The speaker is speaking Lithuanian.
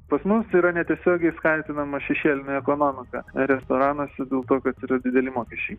pas mus yra netiesiogiai skatinama šešėlinė ekonomika restoranuose dėl to kad yra dideli mokesčiai